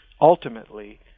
ultimately